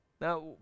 Now